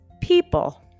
people